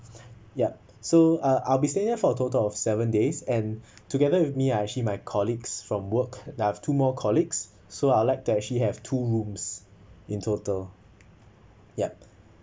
yup so uh I'll be stay there for a total of seven days and together with me I actually my colleagues from work I've two more colleagues so I like to actually have two rooms in total yup